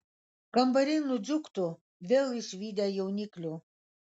kambariai nudžiugtų vėl išvydę jauniklių